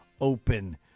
open